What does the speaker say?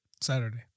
Saturday